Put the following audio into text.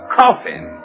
coffin